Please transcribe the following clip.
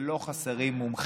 ולא חסרים מומחים,